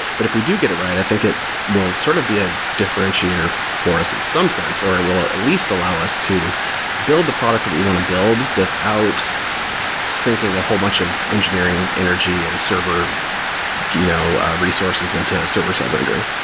but if we do get it right, i think we'll sort of be a differentiator for us in some sense or it will at least allow us to build the product that we want to build without sinking a whole bunch of engineering energy and server you know ah resources into server-side rendering.